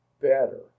better